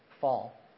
fall